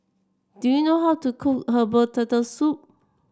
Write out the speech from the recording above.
do you know how to cook Herbal Turtle Soup